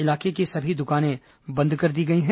इलाके की सभी दुकानें बंद कर दी गई हैं